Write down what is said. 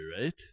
right